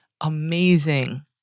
amazing